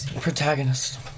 Protagonist